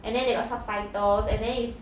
and then they got subtitles and then it's